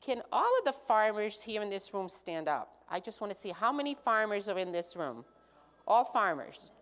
can all of the farmers here in this room stand up i just want to see how many farmers are in this room all farmers